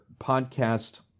podcast